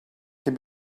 can